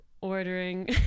ordering